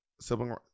Sibling